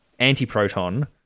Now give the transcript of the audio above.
antiproton